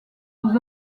aux